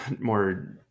more